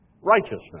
righteousness